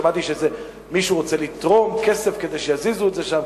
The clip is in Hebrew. שמעתי שמישהו רוצה לתרום כסף כדי שיזיזו את זה שם,